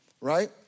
right